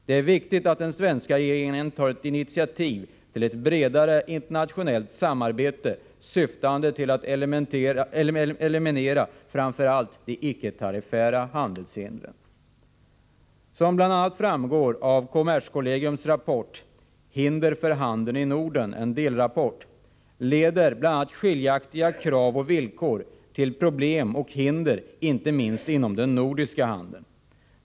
Det är viktigt att den svenska regeringen tar initiativ till ett bredare internationellt samarbete syftande till att eliminera framför allt de icke tariffära handelshindren. Som bl.a. framgår av kommerskollegiums rapport Hinder för handel i Norden — delrapport leder skiljaktiga krav och villkor till problem och hinder, inte minst inom den nordiska handeln.